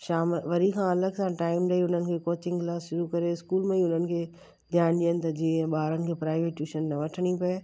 शाम वरी खां अलॻि सां टाइम ॾेई उन्हनि खे कोचिंग क्लास शुरू करे स्कूल में ई उन्हनि खे ध्यानु ॾियनि त जीअं ॿारनि खे प्राइवेट ट्यूशन न वठिणी पए